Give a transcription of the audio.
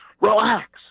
relax